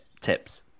tips